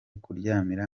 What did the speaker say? kuryamira